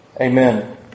Amen